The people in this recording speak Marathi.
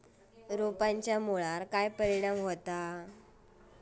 रोपांच्या मुळावर काय परिणाम होतत?